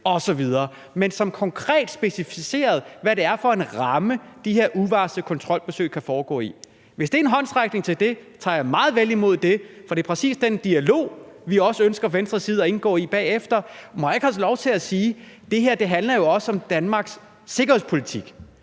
osv., men at det er konkret specificeret, hvad det er for en ramme, de her uvarslede kontrolbesøg kan foregå inden for. Hvis det er en håndsrækning til det, vil jeg tage meget vel imod det, for det er præcis den dialog, vi også fra Venstres side ønsker at indgå i bagefter. Jeg vil også godt have lov til at sige, at det her jo også handler om Danmarks sikkerhedspolitik,